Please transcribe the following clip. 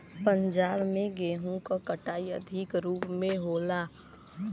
पंजाब में गेंहू क कटाई अधिक रूप में होला